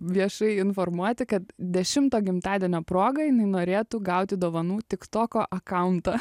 viešai informuoti kad dešimto gimtadienio proga jinai norėtų gauti dovanų tik toko akauntą